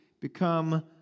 become